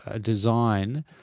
design